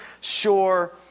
sure